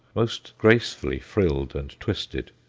most gracefully frilled and twisted,